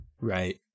Right